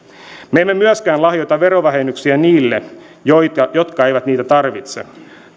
emme myöskään lahjoita verovähennyksiä niille jotka eivät niitä tarvitse